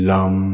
Lum